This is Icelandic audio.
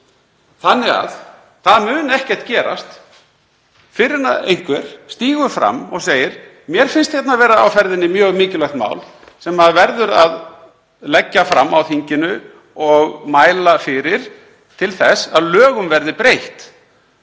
málsins. Því mun ekkert gerast fyrr en einhver stígur fram og segir: Mér finnst hér vera á ferðinni mjög mikilvægt mál sem verður að leggja fram á þinginu og mæla fyrir til þess að lögum verði breytt.